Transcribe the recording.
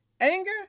anger